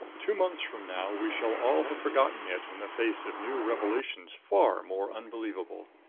two months from now we shall all have forgotten it in the face of new revelations far more unbelievable.